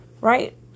Right